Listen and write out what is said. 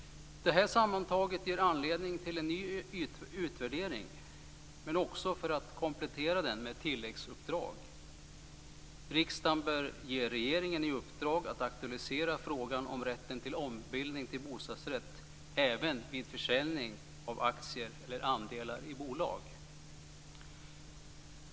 Det här sammantaget ger anledning till en ny utvärdering, men också skäl att komplettera med tilläggsuppdrag. Riksdagen bör ge regeringen i uppdrag att aktualisera frågan om rätten till ombildning till bostadsrätt även vid försäljning av aktier eller andelar i bolag.